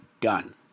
done